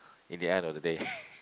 in the end of the day